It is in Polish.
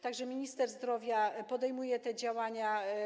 Tak że minister zdrowia podejmuje te działania.